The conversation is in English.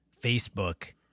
Facebook